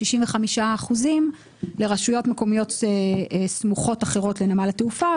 65 אחוזים לרשויות מקומיות סמוכות אחרות לנמל התעופה,